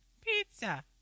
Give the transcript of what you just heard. pizza